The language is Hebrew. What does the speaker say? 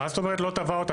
מה זאת אומרת לא תבע אותה?